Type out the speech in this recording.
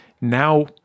now